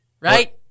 Right